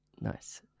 Nice